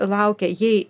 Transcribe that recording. laukia jei